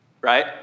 right